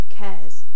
cares